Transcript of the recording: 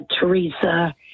teresa